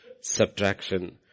subtraction